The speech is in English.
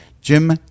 Jim